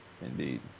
indeed